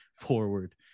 forward